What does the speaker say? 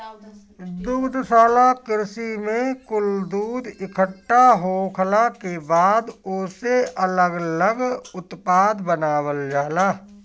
दुग्धशाला कृषि में कुल दूध इकट्ठा होखला के बाद ओसे अलग लग उत्पाद बनावल जाला